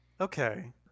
Okay